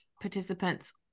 participants